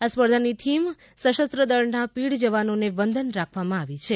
આ સ્પર્ધાની થીમ સશસ્ત્ર દળના પીઢ જવાનોને વંદન રાખવામાં આવી છે